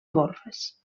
golfes